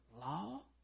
law